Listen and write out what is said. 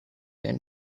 and